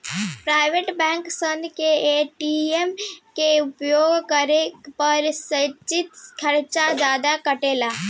private bank सन के ATM के उपयोग करे पर सर्विस चार्ज जादा कटेला